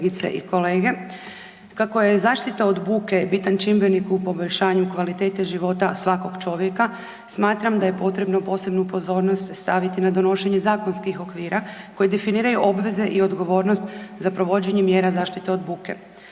kako je zaštita od buke bitan čimbenik u poboljšanju kvalitete života svakog čovjeka smatram da je potrebno posebnu pozornost staviti na donošenje zakonskih okvira koji definiraju obveze i odgovornost za provođenje mjera zaštite od buke.